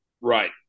Right